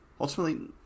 ultimately